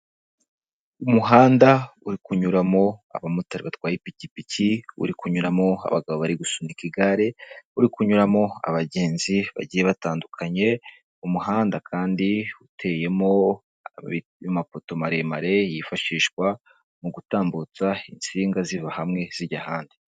Umuhanda uri kunyuramo abamotari batwaye ipikipiki uri kunyuramo abagabo bari gusunika igare uri kunyuramo abagenzi bagiye batandukanye umuhanda kandi uteyemo amapoto maremare yifashishwa mu gutambutsa insinga ziva hamwe zijya ahandi.